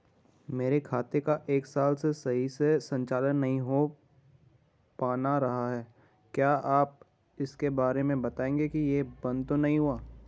मेरे खाते का एक साल से सही से संचालन नहीं हो पाना रहा है क्या आप इसके बारे में बताएँगे कि ये बन्द तो नहीं हुआ है?